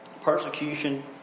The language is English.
persecution